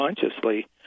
consciously